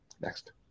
Next